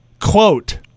Quote